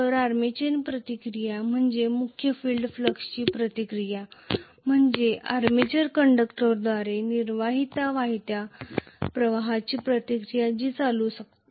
तर आर्मेचर प्रतिक्रिया म्हणजे मुख्य फिल्ड फ्लक्सची प्रतिक्रिया म्हणजे आर्मेचर कंडक्टरद्वारे निर्वाहित वाहत्या प्रवाहाची प्रतिक्रिया जी करंट असते